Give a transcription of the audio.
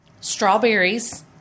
strawberries